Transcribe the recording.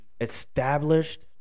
established